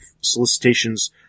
solicitations